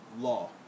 law